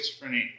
schizophrenia